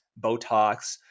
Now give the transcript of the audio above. Botox